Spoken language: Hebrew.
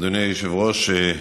אדוני היושב-ראש,